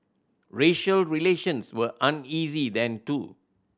racial relations were uneasy then too